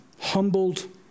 humbled